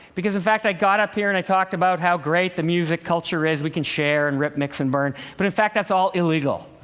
because, in fact, i got up here and i talked about how great the music culture is. we can share and rip, mix and burn, but in fact, that's all illegal.